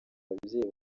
ababyeyi